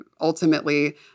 ultimately